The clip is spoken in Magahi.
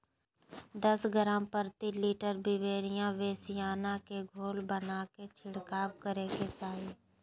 दस ग्राम प्रति लीटर बिवेरिया बेसिआना के घोल बनाके छिड़काव करे के चाही